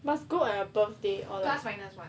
must go on a birthday or